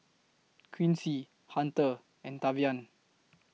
Quincy Hunter and Tavian